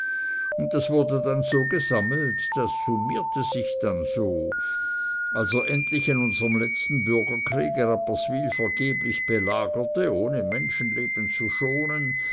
und das wurde dann so gesammelt das summierte sich dann so als er endlich in unserm letzten bürgerkriege rapperswyl vergeblich belagerte ohne menschenleben zu schonen